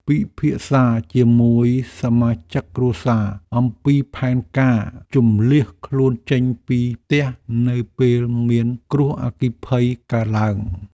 ពិភាក្សាជាមួយសមាជិកគ្រួសារអំពីផែនការជម្លៀសខ្លួនចេញពីផ្ទះនៅពេលមានគ្រោះអគ្គិភ័យកើតឡើង។